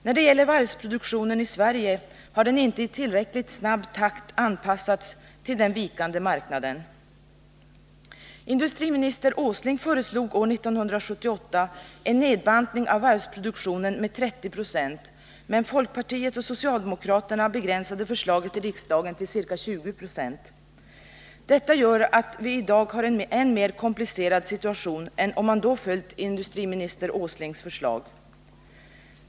När det gäller varvsproduktionen i Sverige har den inte i tillräckligt snabb takt anpassats till den vikande marknaden. Industriminister Åsling föreslog år 1978 en nedbantning av varvsproduktionen med 30 Z men folkpartiet och socialdemokraterna begränsade förslaget i riksdagen till ca 20 96. Detta gör att vi i dag har en ännu mer komplicerad situation än om man då hade följt industriminister Åslings förslag.